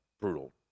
brutal